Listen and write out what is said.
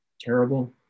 terrible